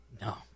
No